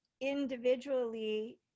individually